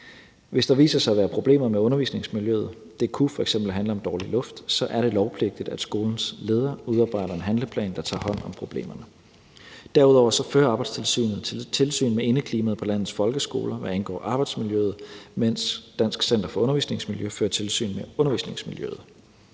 Hvis der viser sig at være problemer med undervisningsmiljøet – det kunne f.eks. handle om dårlig luft – er det lovpligtigt, at skolens leder udarbejder en handleplan, der tager hånd om problemerne. Derudover fører Arbejdstilsynet tilsyn med indeklimaet på landets folkeskoler, hvad angår arbejdsmiljøet, mens Dansk Center for Undervisningsmiljø fører tilsyn med undervisningsmiljøet.